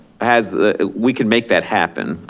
has the, we can make that happen.